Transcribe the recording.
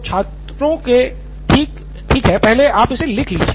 तो छात्रों ठीक है पहले आप इसे लिख ले